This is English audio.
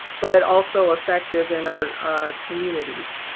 but also effective in our communities?